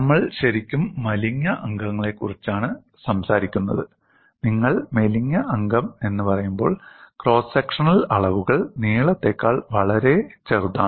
നമ്മൾ ശരിക്കും മെലിഞ്ഞ അംഗങ്ങളെക്കുറിച്ചാണ് സംസാരിക്കുന്നത് നിങ്ങൾ മെലിഞ്ഞ അംഗം എന്ന് പറയുമ്പോൾ ക്രോസ് സെക്ഷണൽ അളവുകൾ നീളത്തേക്കാൾ വളരെ ചെറുതാണ്